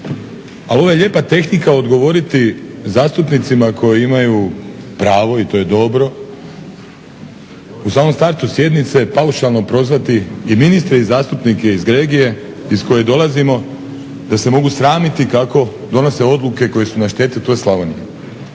ali ovo je lijepa tehnika odgovoriti zastupnicima koji imaju pravo, i to je dobro, u samom startu sjednice paušalno prozvati i ministre i zastupnike iz regije iz koje dolazimo da se mogu sramiti kako donose odluke koje su na štetu toj Slavoniji.